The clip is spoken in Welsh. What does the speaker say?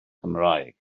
cymraeg